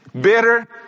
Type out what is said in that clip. bitter